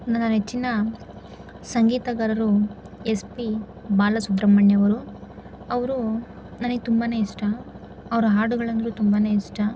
ನನ್ನ ನೆಚ್ಚಿನ ಸಂಗೀತಗಾರರು ಎಸ್ ಪಿ ಬಾಲಸುಬ್ರಹ್ಮಣ್ಯಂ ಅವರು ಅವರು ನನಗೆ ತುಂಬಾ ಇಷ್ಟ ಅವರ ಹಾಡುಗಳೆಂದರೆ ತುಂಬಾ ಇಷ್ಟ